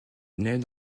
nait